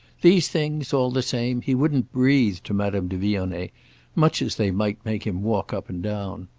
these things, all the same, he wouldn't breathe to madame de vionnet much as they might make him walk up and down.